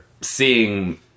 Seeing